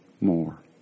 more